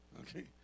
Okay